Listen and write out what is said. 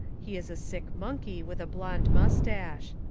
he is a sick monkey with a blonde mustash.